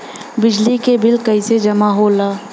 बिजली के बिल कैसे जमा होला?